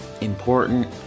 important